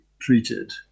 treated